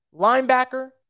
linebacker